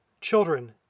Children